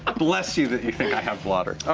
ah bless you that you think i have blotter. ah